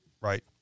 right